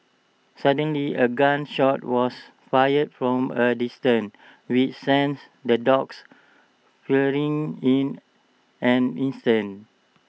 suddenly A gun shot was fired from A distance which sents the dogs fleeing in an instant